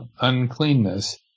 uncleanness